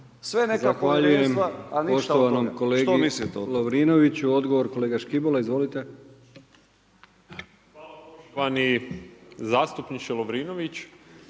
Zahvaljujem poštovanom kolegi Lovrinoviću, odgovor kolega Škibola. Izvolite. **Škibola, Marin